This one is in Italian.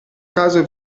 caso